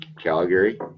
Calgary